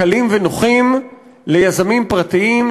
קלים ונוחים ליזמים פרטיים,